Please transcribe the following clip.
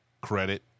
Credit